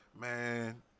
Man